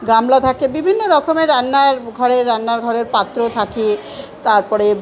গামলা থাকে বিভিন্ন রকমের রান্না ঘরের রান্না ঘরের পাত্র থাকে তারপরে